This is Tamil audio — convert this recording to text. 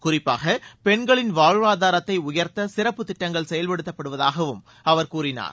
குறிப்பாக பெண்களின் வாழ்வாதாரத்தை உயர்த்த சிறப்புத் திட்டங்கள் செயல்படுத்தப்படுவதாகவும் அவர் கூறினார்